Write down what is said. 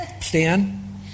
Stan